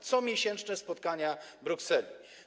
Comiesięczne spotkania w Brukseli.